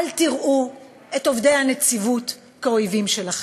אל תראו את עובדי הנציבות כאויבים שלכם.